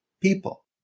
people